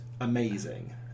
amazing